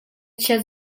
chiat